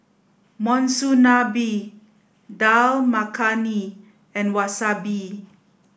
Monsunabe Dal Makhani and Wasabi